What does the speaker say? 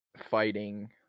fighting